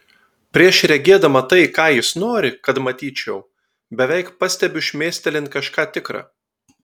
prieš regėdama tai ką jis nori kad matyčiau beveik pastebiu šmėstelint kažką tikra